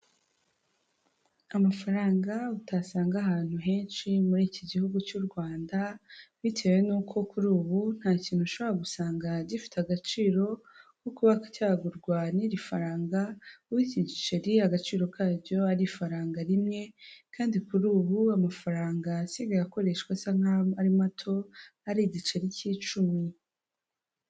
Amafaranga utasanga ahantu henshi muri iki gihugu cy'u Rwanda, bitewe nuko kuri ubu nta kintu ushobora gusanga gifite agaciro ko kuba cyagurwa n'iri faranga u iki giceri agaciro karyo ari ifaranga rimwe kandi kuri ubu amafaranga asigaye akoreshwa asa nkaho ari mato hari igiceri cy'icumi.